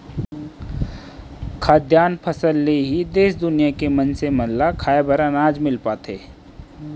खाद्यान फसल ले ही देस दुनिया के मनसे मन ल खाए बर अनाज मिल पाथे